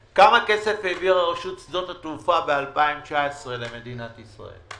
ושאלה נלווית: כמה כסף העבירה רשות שדות התעופה ב-2019 למדינת ישראל,